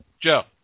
Joe